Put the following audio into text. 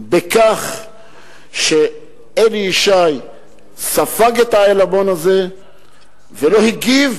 בכך שאלי ישי ספג את העלבון הזה ולא הגיב,